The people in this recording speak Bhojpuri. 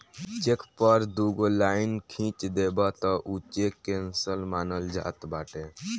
चेक पअ दुगो लाइन खिंच देबअ तअ उ चेक केंसल मानल जात बाटे